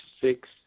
six